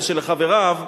ושל חבריו,